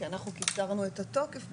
כי אנחנו קיצרנו את התוקף בזמנו,